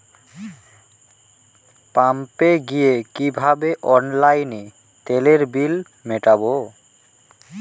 পাম্পে গিয়ে কিভাবে অনলাইনে তেলের বিল মিটাব?